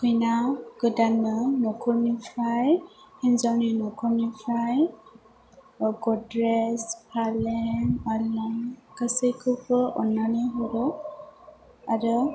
खैना गोदान्नो नख'रनिफ्राय हिन्जावनि नखरनिफ्राय गड्रेस फालें आलना गासैखौबो अन्नानै हरो आरो